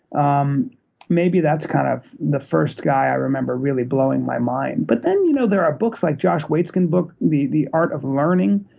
um maybe that's kind of the first guy i remember really blowing my mind. but then you know, there are books like josh waitzkin's book, the the art of learning.